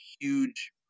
huge